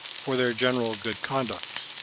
for their general good conduct.